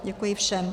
Děkuji všem.